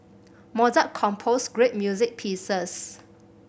Mozart composed great music pieces